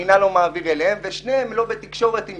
המינהל לא מעביר אליהם ושניהם גם יחד